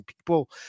people